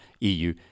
EU